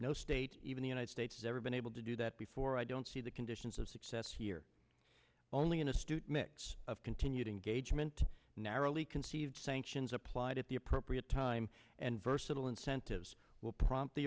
no state even the united states ever been able to do that before i don't see the conditions of success here only an astute mix of continued engagement narrowly conceived sanctions applied at the appropriate time and versatile incentives will prompt the